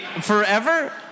forever